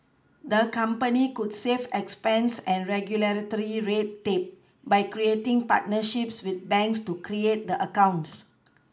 the company could save expense and regulatory red tape by creating partnerships with banks to create the accounts